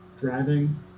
driving